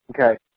okay